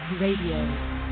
Radio